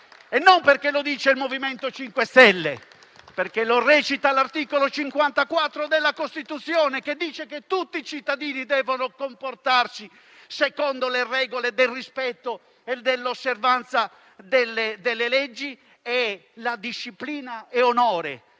E non perché lo dice il MoVimento 5 Stelle, ma perché lo recita l'articolo 54 della Costituzione, che stabilisce che tutti i cittadini devono comportarsi secondo le regole del rispetto e dell'osservanza delle leggi. Disciplina e onore